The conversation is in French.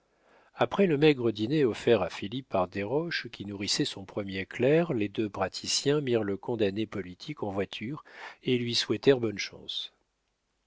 après le maigre dîner offert à philippe par desroches qui nourrissait son premier clerc les deux praticiens mirent le condamné politique en voiture et lui souhaitèrent bonne chance